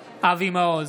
מעוז,